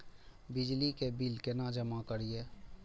बिजली के बिल केना जमा करिए?